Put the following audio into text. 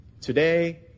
today